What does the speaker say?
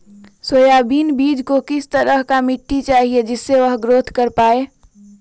Soybean बीज को किस तरह का मिट्टी चाहिए जिससे वह ग्रोथ कर पाए?